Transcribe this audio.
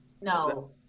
No